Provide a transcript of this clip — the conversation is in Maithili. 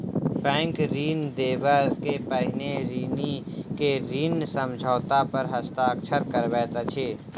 बैंक ऋण देबअ के पहिने ऋणी के ऋण समझौता पर हस्ताक्षर करबैत अछि